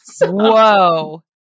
Whoa